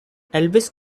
elvis